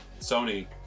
sony